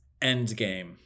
Endgame